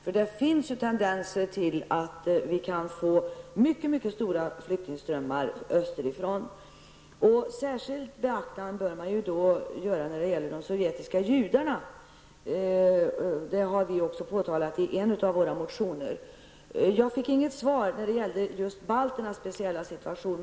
Flyktingströmmen österifrån tenderar ju att bli mycket stor. Särskilt bör frågan om de sovjetiska judarna beaktas. Det har vi moderater påtalat i en av våra motioner. Jag fick inte heller något svar på min fråga om just balternas speciella situation.